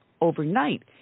overnight